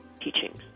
teachings